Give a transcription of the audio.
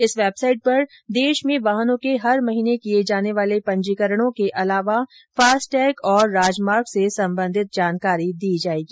इस वैबसाइट पर देश में वाहनों के हर महीने किये जाने वाले पंजीकरणों के अलावा फास्टैग और राजमार्ग से संबंधित जानकारी दी जायेगी